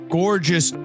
gorgeous